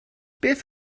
beth